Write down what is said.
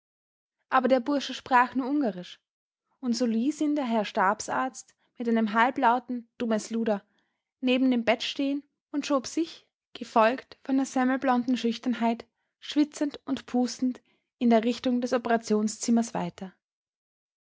aber der bursche sprach nur ungarisch und so ließ ihn der herr stabsarzt mit einem halblauten dummes luder neben dem bett stehen und schob sich gefolgt von der semmelblonden schüchternheit schwitzend und pustend in der richtung des operationszimmers weiter